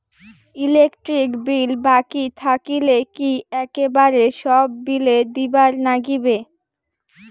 Electric bill বাকি থাকিলে কি একেবারে সব বিলে দিবার নাগিবে?